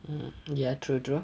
um ya true true